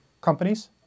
companies